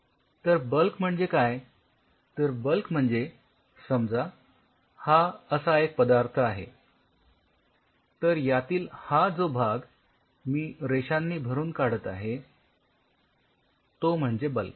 तर बल्क म्हणजे काय तर बल्क म्हणजे समजा हा असा एक पदार्थ आहे तर यातील हा जो भाग मी रेषांनी भरून काढत आहे तो म्हणजे बल्क